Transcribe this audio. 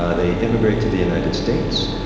ah they immigrate to the united states.